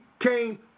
came